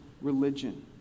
religion